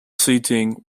seating